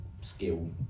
skill